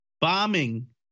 bombing